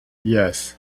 yes